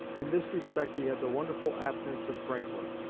in this respect he had the wonderful aptness of franklin.